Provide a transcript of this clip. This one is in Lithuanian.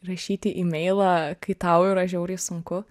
rašyti imeilą kai tau yra žiauriai sunku